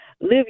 live